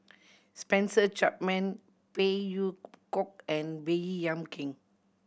Spencer Chapman Phey Yew Kok and Baey Yam Keng